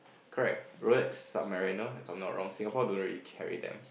correct Rolex Submariner if I'm not wrong Singapore don't really carry them